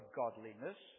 godliness